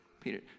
Peter